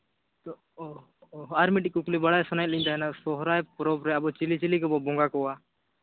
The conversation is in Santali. ᱚ ᱟᱨ ᱢᱤᱫᱴᱤᱡ ᱠᱩᱠᱞᱤ ᱵᱟᱲᱟᱭ ᱥᱟᱱᱟᱭᱮᱫ ᱞᱤᱧ ᱛᱟᱦᱮᱱᱟ ᱥᱚᱦᱚᱨᱟᱭ ᱯᱚᱨᱚᱵᱽ ᱨᱮ ᱟᱵᱚ ᱪᱤᱞᱤ ᱪᱤᱞᱤ ᱠᱚᱵᱚᱱ ᱵᱚᱸᱜᱟ ᱠᱚᱣᱟ